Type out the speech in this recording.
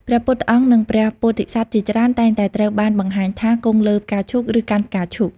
ព្រះពុទ្ធអង្គ និងព្រះពោធិសត្វជាច្រើនតែងតែត្រូវបានបង្ហាញថា គង់លើផ្កាឈូក ឬកាន់ផ្កាឈូក។